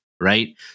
right